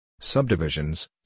Subdivisions